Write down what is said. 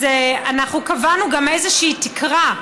אנחנו קבענו גם איזושהי תקרה,